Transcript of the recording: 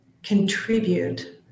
contribute